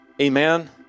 Amen